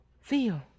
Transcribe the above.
feel